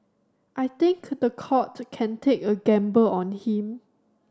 I think the court can take a gamble on him